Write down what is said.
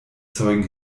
zeugen